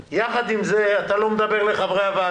בוקר טוב, אתה זוכר שאתה מדבר לאט,